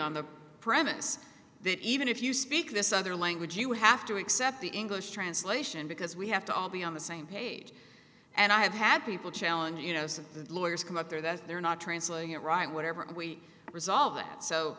on the premise that even if you speak this other language you have to accept the english translation because we have to all be on the same page and i have had people challenge you know since the lawyers come up there that they're not translating it right whatever we resolve it so